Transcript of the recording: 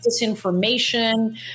disinformation